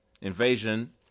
Invasion